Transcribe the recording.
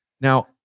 Now